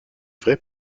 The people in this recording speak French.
vrai